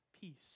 peace